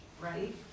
right